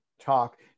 talk